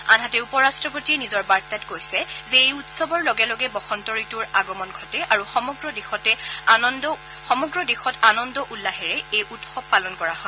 আনহাতে উপ ৰাট্টপতিয়ে নিজৰ বাৰ্তাত কৈছে যে এই উৎসৱৰ লগে লগে বসন্ত ঋতুৰ আগমন ঘটে আৰু সমগ্ৰ দেশতে আনন্দ উল্লাহেৰে এই উৎসৱ পালন কৰা হয়